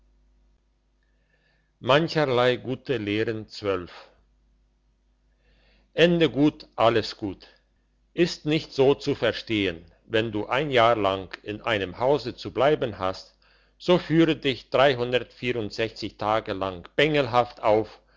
mancherlei gute lehren ende gut alles gut ist nicht so zu verstehen wenn du ein jahr lang in einem hause zu bleiben hast so führe dich tage lang bengelhaft auf